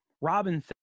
Robin